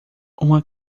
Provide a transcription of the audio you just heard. uma